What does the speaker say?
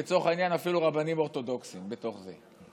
לצורך העניין אפילו רבנים אורתודוקסיים בתוך זה.